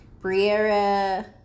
Briera